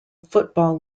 football